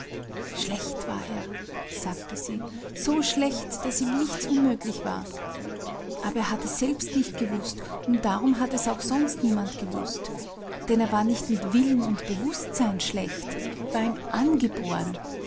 schlecht war er sagte sie so schlecht daß ihm nichts unmöglich war aber er hat es selbst nicht gewußt und darum hat es auch sonst niemand gewußt denn er war nicht mit willen und bewußtsein schlecht es war ihm angeboren